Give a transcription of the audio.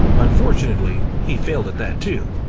unfortunately, he failed at that too,